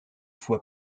faut